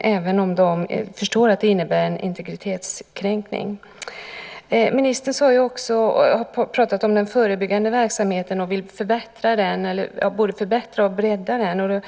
även om de förstår att det innebär en integritetskränkning. Ministern har pratat om den förebyggande verksamheten och vill både förbättra och bredda den.